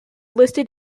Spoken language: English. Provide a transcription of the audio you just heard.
listed